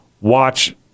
watch